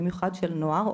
במיוחד של נוער,